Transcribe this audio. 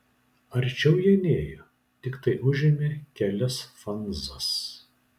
arčiau jie nėjo tiktai užėmė kelias fanzas